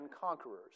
conquerors